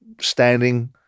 standing